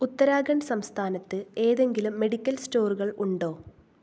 ഉത്തരാഖണ്ഡ് സംസ്ഥാനത്ത് ഏതെങ്കിലും മെഡിക്കൽ സ്റ്റോറുകൾ ഉണ്ടോ